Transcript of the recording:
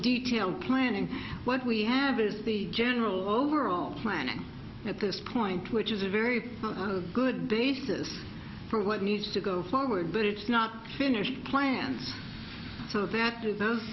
detail planning what we have is the general overall plan at this point which is a very good day says for what needs to go forward but it's not finished plans so that it does